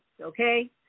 okay